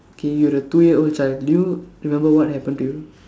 K you're a two year old child do you remember what happened to you